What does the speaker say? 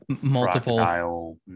multiple